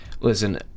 Listen